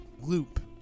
loop